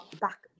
back